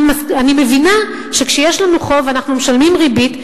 אני מבינה שכאשר יש לנו חוב ואנחנו משלמים ריבית,